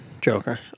Joker